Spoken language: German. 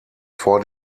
vor